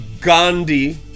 Gandhi